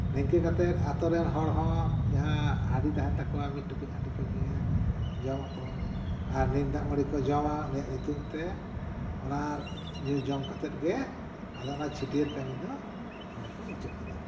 ᱱᱤᱝᱠᱟᱹ ᱠᱟᱛᱮᱫ ᱟᱛᱳᱨᱮᱱ ᱦᱚᱲ ᱦᱚᱸ ᱡᱟᱦᱟᱸ ᱦᱟᱺᱰᱤ ᱛᱟᱦᱮᱱ ᱛᱟᱠᱚᱣᱟ ᱢᱤᱫ ᱴᱩᱠᱩᱡ ᱦᱟᱺᱰᱤ ᱠᱚ ᱧᱩᱭᱟ ᱡᱚᱢᱟᱠᱚ ᱟᱨ ᱱᱤᱢ ᱫᱟᱜ ᱢᱟᱹᱲᱤ ᱠᱚ ᱡᱚᱢᱟ ᱩᱱᱤᱭᱟᱜ ᱧᱩᱛᱩᱢ ᱛᱮ ᱚᱱᱟ ᱧᱩ ᱡᱚᱢ ᱠᱟᱛᱮᱫ ᱜᱮ ᱟᱫᱚ ᱚᱱᱟ ᱪᱷᱟᱹᱴᱭᱟᱹᱨ ᱠᱟᱹᱢᱤ ᱫᱚ ᱚᱸᱰᱮ ᱠᱚ ᱢᱩᱪᱟᱹᱫ ᱠᱮᱫᱟ